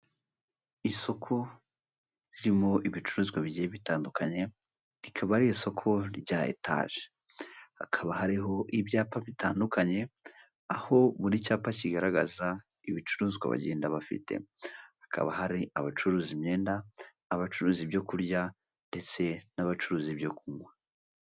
Isoko ririmo ibicuruzwa bigiye bitandukanye, rikaba ari isoko rya etaje. Hakaba hariho ibyapa bitandukanye, aho buri cyapa kigaragaza ibicuruzwa bagenda bafite. Hakaba hari abacuruza imyenda, abacuruza ibyo kurya, ndetse n'abacuruza ibyo kunywa.